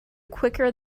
quicker